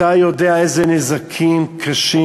אתה יודע איזה נזקים קשים?